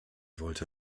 wollte